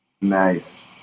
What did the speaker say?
Nice